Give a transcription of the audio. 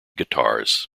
guitars